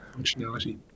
functionality